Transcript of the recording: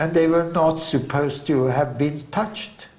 and they were not supposed to have been touched